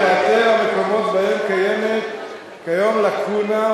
ותאתר המקומות שבהם קיימת כיום לקונה,